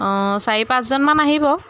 অঁ চাৰি পাঁচজনমান আহিব